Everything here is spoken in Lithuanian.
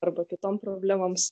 arba kitom problemoms